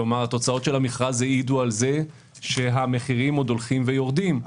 כלומר תוצאות המכרז העידו על כך שהמחירים עוד הולכים ויורדים.